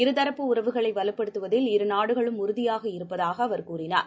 இரு தரப்பு உறவுகளைவலுப்படுத்துவதில் இரு நாடுகளும் உறுதியாக இருப்பதாகஅவர் கூறினார்